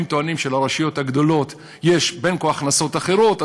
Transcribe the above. הם טוענים שלרשויות הגדולות יש בין כה וכה הכנסות אחרות,